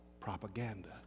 propaganda